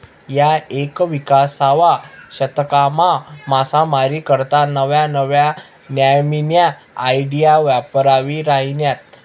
ह्या एकविसावा शतकमा मासामारी करता नव्या नव्या न्यामीन्या आयडिया वापरायी राहिन्यात